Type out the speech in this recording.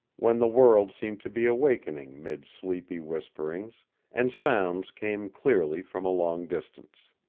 when the world seemed to be awakening mid sleepy whisperings and sounds came clearly from a long distance.